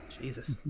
Jesus